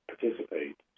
participate